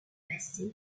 passé